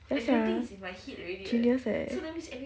ya genius eh